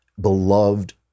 beloved